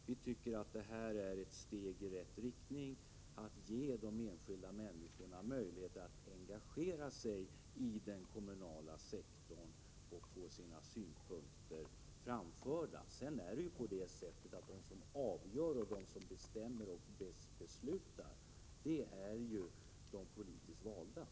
Vi tycker att det här är ett steg i rätt riktning, till att ge den enskilda människan möjlighet att engagera sig i den kommunala sektorn och få sina synpunkter framförda. Det är ju sedan de politiskt valda som bestämmer och beslutar.